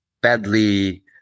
badly